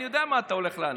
אני יודע מה אתה הולך לענות.